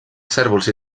cérvols